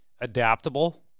adaptable